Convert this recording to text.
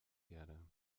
erde